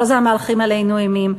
כל הזמן מהלכים עלינו אימים?